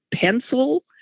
pencil